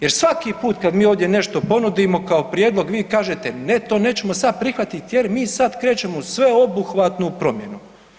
Jer svaki put kad mi nešto ovdje ponudimo kao prijedlog vi kažete ne to nećemo sad prihvatiti jer mi sad krećemo u sveobuhvatnu promjenu.